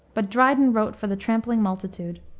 but dryden wrote for the trampling multitude.